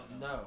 no